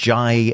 Jai